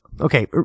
okay